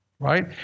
Right